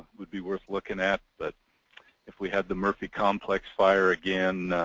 would be worth looking at but if we had the murphy complex fire again,